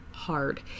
hard